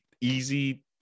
easy